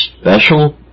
special